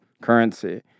currency